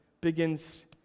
begins